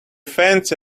fence